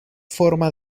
forma